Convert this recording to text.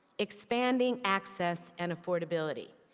expanding access and affordability.